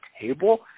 table